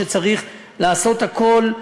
שצריך לעשות הכול,